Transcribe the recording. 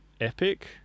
epic